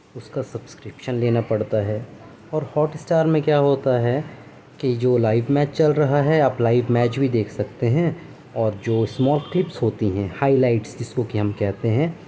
اس کا سبسکرپشن لینا پڑتا ہے اور ہاٹ اسٹار میں کیا ہوتا ہے کہ جو لائیو میچ چل رہا ہے آپ لائیو میچ بھی دیکھ سکتے ہیں اور جو اسمال ٹپس ہوتی ہیں ہائی لائٹس جس کو کہ ہم کہتے ہیں